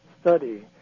study